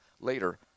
later